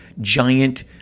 giant